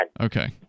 Okay